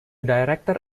director